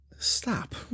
Stop